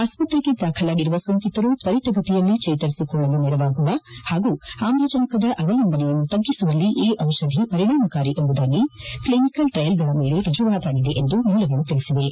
ಆಸ್ತತ್ರೆಗೆ ದಾಖಲಾಗಿರುವ ಸೋಂಕಿತರು ತ್ವರಿತ ಗತಿಯಲ್ಲಿ ಜೇತರಿಸಿಕೊಳ್ಳಲು ನೆರವಾಗುವ ಪಾಗೂ ಆಮ್ಲಜನಕದ ಅವಲಂಬನೆಯನ್ನು ತ್ಗಿಸುವಲ್ಲಿ ಈ ದಿಷಧಿ ವರಿಣಾಮಕಾರಿ ಎಂಬುದಾಗಿ ಕ್ಷಿನಿಕಲ್ ಟ್ರಯಲ್ಗಳ ವೇಳೆ ರುಜುವಾಗಿದೆ ಎಂದು ಮೂಲಗಳು ತಿಳಿಸಿವೆ